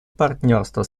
партнерства